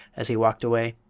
as he walked away.